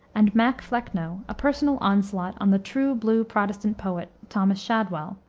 and mac flecknoe, a personal onslaught on the true blue protestant poet, thomas shadwell,